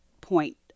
point